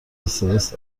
استرس